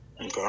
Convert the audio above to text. Okay